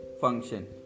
function